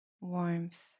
warmth